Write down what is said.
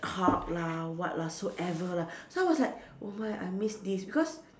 hub lah what lah so ever lah so I was like oh my I missed this because